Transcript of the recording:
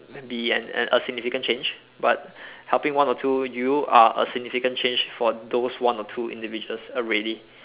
be an a significant change but helping one or two you are a significant change for those one or two individuals already